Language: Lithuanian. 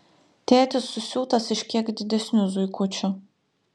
tėtis susiūtas iš kiek didesnių zuikučių